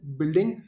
building